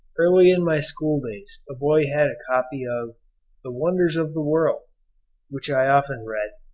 early in my school days a boy had a copy of the wonders of the world which i often read,